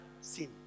sin